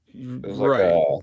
right